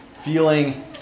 feeling